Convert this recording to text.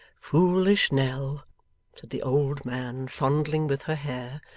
foolish nell said the old man fondling with her hair.